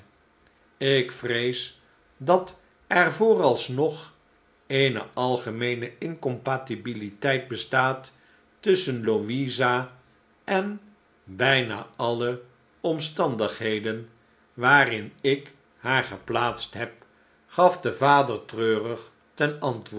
ik vrees dat er vooralsnog eene algemeene incompatibiliteit bestaat tusschen louisa en en bijna alle omstandigheden waarin ik haar geplaatst heb gaf de vader treurig ten